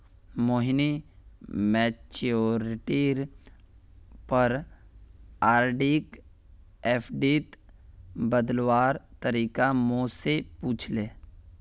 मोहिनी मैच्योरिटीर पर आरडीक एफ़डीत बदलवार तरीका मो से पूछले